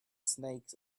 snakes